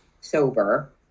sober